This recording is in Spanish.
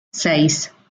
seis